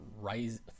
rise